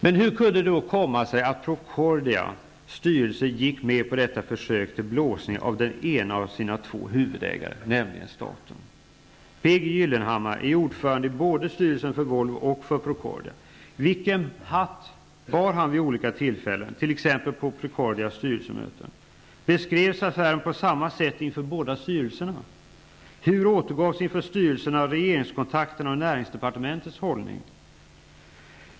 Men hur kunde det då komma sig att Procordias styrelse gick med på detta försök till ''blåsning'' av den ena av sina två huvudägare, nämligen staten? P G Gyllenhammar är ordförande i både styrelsen för Volvo och styrelsen för Procordia. Vilken hatt bar han vid olika tillfällen, t.ex. på Procordias styrelsemöten? Bevakas affären på samma sätt inför båda styrelserna? Hur återgavs inför styrelserna regeringskontakterna och näringsdepartementets hållning?